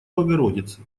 богородицы